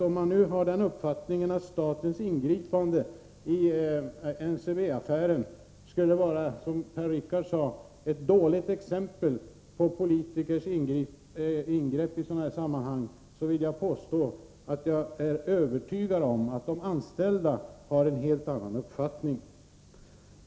Om man har den uppfattningen att statens ingripande i NCB affären skulle vara, som Per-Richard Molén sade, ett dåligt exempel på politikers ingrepp i sådana här sammanhang, vill jag påstå att jag är övertygad om att de anställda har en helt annan uppfattning.